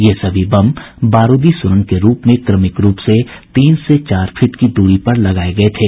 ये सभी बम बारूदी सुरंग के रूप में क्रमिक रूप से तीन से चार फीट की दूरी पर लगाये गये थे